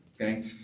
okay